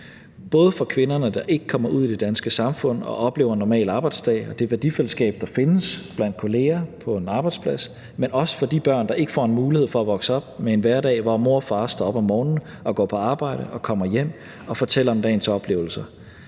både for kvinderne, der ikke kommer ud i det danske samfund og oplever en normal arbejdsdag og det værdifællesskab, der findes blandt kollegaer på en arbejdsplads, men også for de børn, der ikke får en mulighed for at vokse op med en hverdag, hvor mor og far står op om morgenen og går på arbejde og kommer hjem og fortæller om dagens oplevelser.